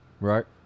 right